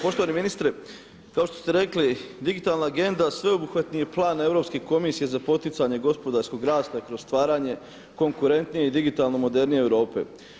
Poštovani ministre, kao što ste rekli digitalna Agenda sveobuhvatni je plan Europske komisije za poticanje gospodarskog rasta i kroz stvaranje konkurentnije i digitalno modernije Europe.